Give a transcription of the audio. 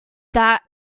that